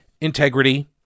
integrity